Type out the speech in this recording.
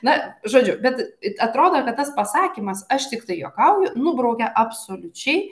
na žodžiu bet atrodo kad tas pasakymas aš tiktai juokauju nubraukia absoliučiai